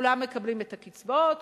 כולם מקבלים את הקצבאות,